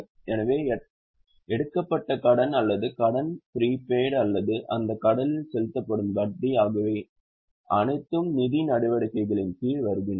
எனவே எடுக்கப்பட்ட கடன் அல்லது கடன் ப்ரீபெய்ட் அல்லது அந்தக் கடனில் செலுத்தப்படும் வட்டி ஆகியவை அவை அனைத்தும் நிதி நடவடிக்கைகளின் கீழ் வருகின்றன